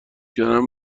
کردن